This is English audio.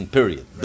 Period